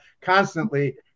constantly